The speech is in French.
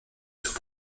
sous